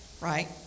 right